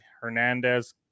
Hernandez